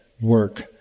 work